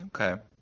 Okay